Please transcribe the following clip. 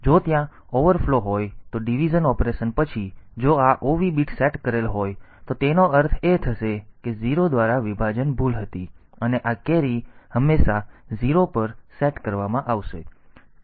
જો ત્યાં ઓવરફ્લો હોય તો ડિવિઝન ઓપરેશન પછી જો આ OV બીટ સેટ કરેલ હોય તો તેનો અર્થ એ થશે કે 0 દ્વારા વિભાજન ભૂલ હતી અને આ કેરી હંમેશા 0 પર સેટ કરવામાં આવશે